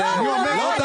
אורית,